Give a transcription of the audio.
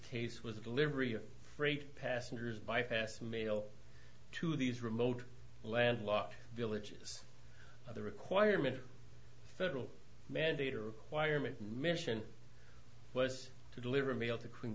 case was a delivery of freight passengers by fast mail to these remote landlocked villages of the requirement federal mandate or requirement mission was to deliver mail to queen